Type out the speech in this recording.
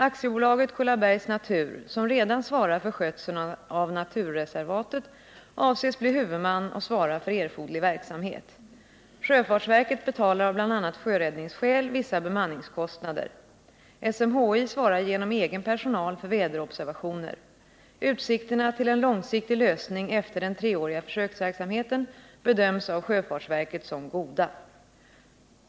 AB Kullabergs Natur, som redan svarar för skötseln av naturreservatet, avses bli huvudman och svara för erforderlig verksamhet. Sjöfartsverket betalar av bl.a. sjöräddningsskäl vissa bemanningskostnader. SMHI svarar genom egen personal för väderobservationer. Utsikterna till en långsiktig lösning efter den treåriga försöksverksamheten bedöms av sjöfartsverket som goda.